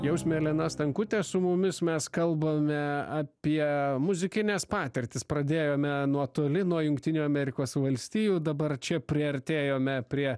jausmė elena stankutė su mumis mes kalbame apie muzikines patirtis pradėjome nuo toli nuo jungtinių amerikos valstijų dabar čia priartėjome prie